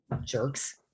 Jerks